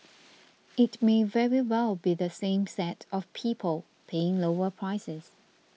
it may very well be the same set of people paying lower prices